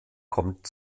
kommt